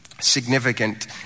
significant